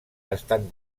estan